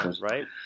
right